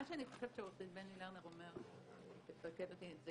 מה שאני חושבת שעורך הדין בני לרנר אומר זה שבסוף